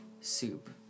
soup